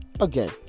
again